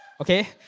okay